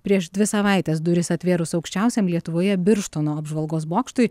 prieš dvi savaites duris atvėrus aukščiausiam lietuvoje birštono apžvalgos bokštui